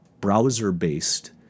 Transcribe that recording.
browser-based